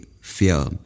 fear